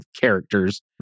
characters